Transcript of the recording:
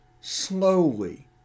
slowly